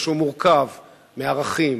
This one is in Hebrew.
והוא מורכב מערכים,